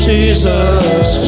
Jesus